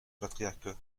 patriarcat